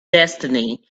destiny